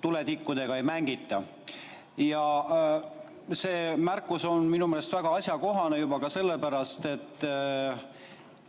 tuletikkudega ei mängita. See märkus on minu meelest väga asjakohane juba sellepärast,